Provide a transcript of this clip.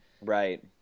Right